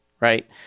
right